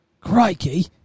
Crikey